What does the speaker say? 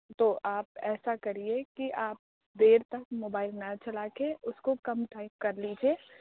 تو آپ ایسا کریے کہ آپ دیر تک نہ چلا کے اُس کو کم ٹائم کر لیجیے